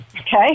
okay